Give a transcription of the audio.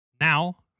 Now